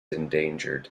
endangered